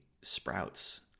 sprouts